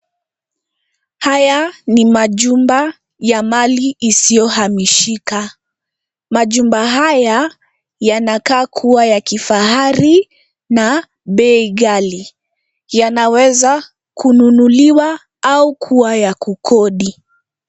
Haya ni majumba ya mali isiyohamishika, majumba haya yanakaa kuwa ya kifahari na bei ghali yanaweza kununuliwa au kuwa ya kukodi.